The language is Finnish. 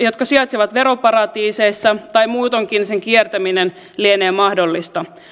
jotka sijaitsevat veroparatiiseissa tai muutoinkin sen kiertäminen lienee mahdollista